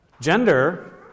Gender